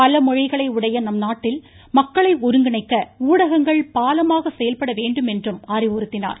பலமொழிகளை உடைய நம்நாட்டில் மக்களை ஒருங்கிணைக்க ஊடகங்கள் பாலமாக செயல்பட வேண்டும் என்றும் அறிவுறுத்தினார்